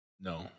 No